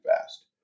fast